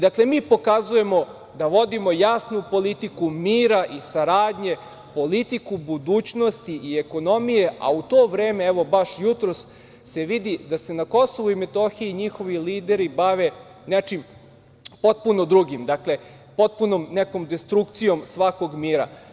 Dakle, mi pokazujemo da vodimo jasnu politiku mira i saradnje, politiku budućnosti i ekonomije, a u to vreme, evo, baš jutros se vidi da se na Kosovu i Metohiji njihovi lideri bave nečim potpuno drugim, dakle, potpunom nekom destrukcijom svakog mira.